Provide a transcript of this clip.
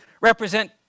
represent